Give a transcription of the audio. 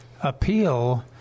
appeal